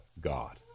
God